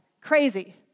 Crazy